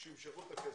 שימשכו את הכסף.